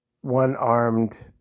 one-armed